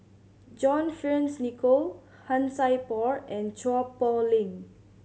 John Fearns Nicoll Han Sai Por and Chua Poh Leng